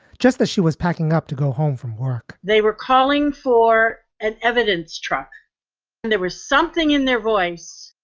just as she was packing up to go home from work they were calling for an evidence truck and there was something in their voice.